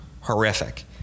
horrific